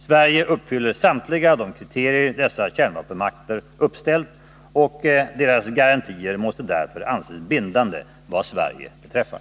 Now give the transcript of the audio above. Sverige uppfyller samtliga de kriterier dessa kärnvapenmakter uppställt, och deras garantier måste därför anses bindande vad Sverige beträffar.